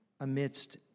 amidst